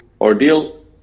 ordeal